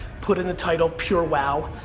put in the title purewow.